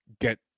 get